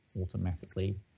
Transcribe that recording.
automatically